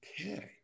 Okay